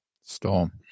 Storm